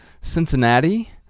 Cincinnati